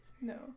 No